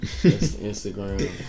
Instagram